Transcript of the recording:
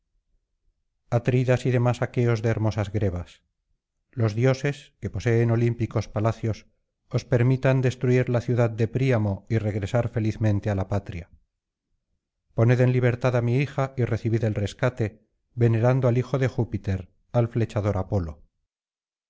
atridas y demás aqueos de hermosas grebas los dioses que poseen olímpicos palacios os permitan destruir la ciudad de príamo y regresar felizmente á la patria poned en libertad á mi hija y recibid el rescate venerando al hijo de júpiter al flechador apolo